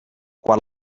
qual